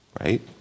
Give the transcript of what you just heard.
right